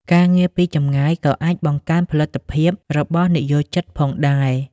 ការងារពីចម្ងាយក៏អាច បង្កើនផលិតភាព របស់និយោជិតផងដែរ។